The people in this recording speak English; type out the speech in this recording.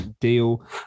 deal